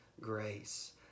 grace